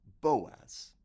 Boaz